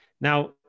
Now